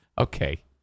okay